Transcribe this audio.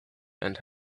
and